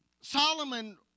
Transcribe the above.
Solomon